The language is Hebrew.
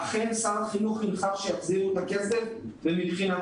אכן שר החינוך הנחה שיחזירו את הכסף ומבחינתו